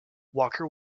walker